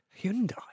Hyundai